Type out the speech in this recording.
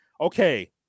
Okay